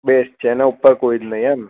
best છે એના ઉપર કોઈ જ નહીં એમ